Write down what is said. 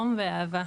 חום ואהבה,